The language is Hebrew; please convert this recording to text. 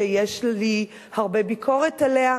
שיש לי הרבה ביקורת עליה,